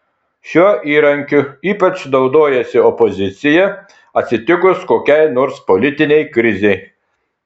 šiuo įrankiu ypač naudojasi opozicija atsitikus kokiai nors politinei krizei